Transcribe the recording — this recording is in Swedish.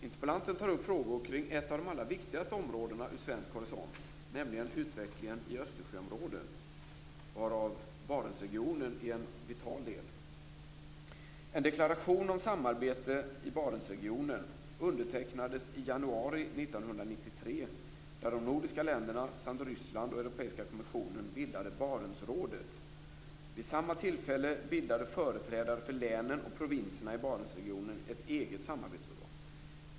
Interpellanten tar upp frågor kring ett av de allra viktigaste områdena ur svensk horisont, nämligen utvecklingen i Östersjöområdet, varav Barentsregionen är en vital del. Vid samma tillfälle bildade företrädare för länen och provinserna i Barentsregionen ett eget samarbetsorgan.